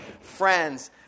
friends